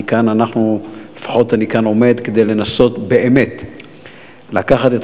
כי לפחות אני כאן עומד כדי לנסות באמת לקחת את